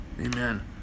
Amen